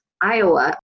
Iowa